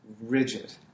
rigid